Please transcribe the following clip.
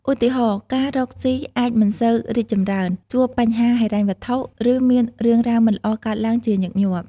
ឧទាហរណ៍ ការរកស៊ីអាចមិនសូវរីកចម្រើន ជួបបញ្ហាហិរញ្ញវត្ថុ ឬមានរឿងរ៉ាវមិនល្អកើតឡើងជាញឹកញាប់។